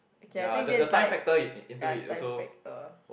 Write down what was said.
okay I think this is like ya time factor